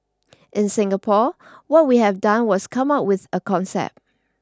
in Singapore what we have done was come up with a concept